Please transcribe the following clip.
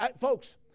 Folks